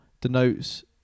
denotes